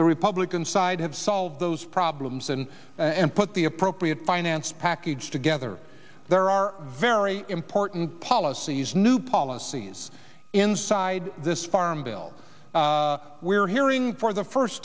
the republican side have solve those problems and and put the appropriate finance package together there are very important policies new policies inside this farm bill we're hearing for the first